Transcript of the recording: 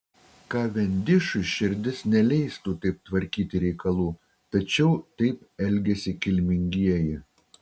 kavendišui širdis neleistų taip tvarkyti reikalų tačiau taip elgiasi kilmingieji